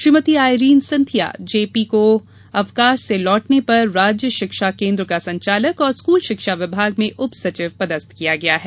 Shrimati Irene Cynthia J P को अवकाश से लौटने पर राज्य शिक्षा केंद्र का संचालक और स्कूल शिक्षा विभाग में उप सचिव पदस्थ किया गया है